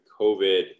COVID